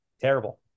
Terrible